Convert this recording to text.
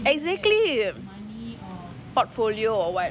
exactly portfolio or what